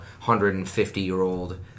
150-year-old